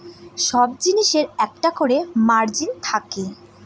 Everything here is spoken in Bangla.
সব জিনিসের একটা করে মার্জিন থাকে